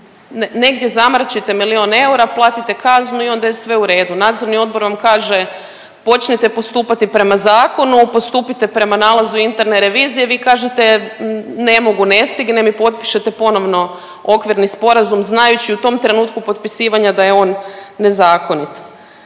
negdje zamrčite milijun eura, platite kaznu i onda je sve u redu. Nadzorni odbor vam kaže počnite postupati prema zakonu, postupite prema nalazu interne revizije, vi kažete ne mogu, ne stignem i potpišete ponovno okvirni sporazum znajući u tom trenutku potpisivanja da je on nezakonit.